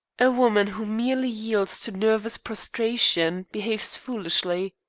a woman who merely yields to nervous prostration behaves foolishly.